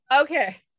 Okay